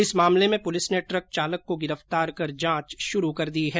इस मामले में पुलिस ने ट्रक चालक को गिरफ्तार कर जांच शुरू कर दी है